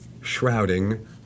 shrouding